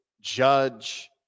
Judge